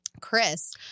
Chris